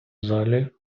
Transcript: залі